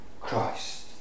Christ